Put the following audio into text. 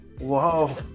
Wow